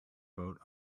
boat